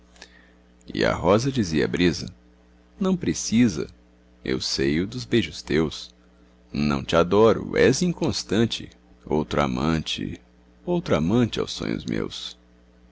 e a rosa dizia à brisa não precisa meu seio dos beijos teus não te adoro és inconstante outro amante outro amante aos sonhos meus